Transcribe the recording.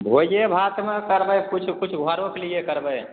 भोजे भातमे करबै किछु किछु घरोके लिए करबै